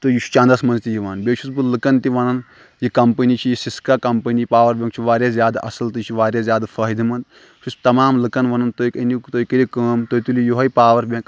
تہٕ یہِ چھُ چَندَس منٛز تہِ یِوان بیٚیہِ چھُس بہٕ لُکَن تہِ وَنان یہِ کَمپٔنی چھِ یہِ سِسکا کَمپٔنی پاوَر بٮ۪نٛک چھُ واریاہ زیادٕ اَصٕل تہٕ یہِ چھُ واریاہ زیادٕ فٲیدٕ منٛد بہٕ چھُس تمام لُکَن وَنان تُہۍ أنِو تُہۍ کٔرِو کٲم تُہۍ تُلِو یِہوٚے پاوَر بٮ۪نٛک